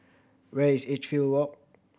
where is Edgefield Walk